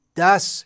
das